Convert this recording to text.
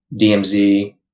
DMZ